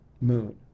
Moon